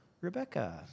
Rebecca